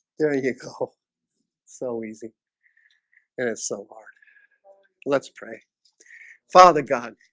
there you go so easy and it's so hard let's pray father god